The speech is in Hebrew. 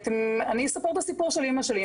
אני אספר את הסיפור של אמא שלי.